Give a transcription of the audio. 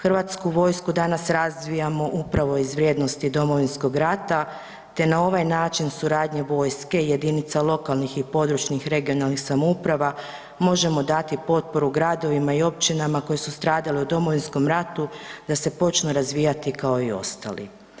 Hrvatsku vojsku danas razvijamo upravo iz vrijednosti Domovinskog rata te na ovaj način suradnju vojske i jedinica lokalnih i područnih (regionalnih) samouprava možemo dati potporu gradovima i općinama koji su stradali u Domovinskom ratu da se počnu razvijati kao i ostali.